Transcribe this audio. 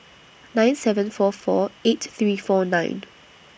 nine seven four four eight three four nine